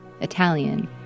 Italian